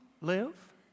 live